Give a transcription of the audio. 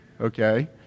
Okay